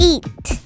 Eat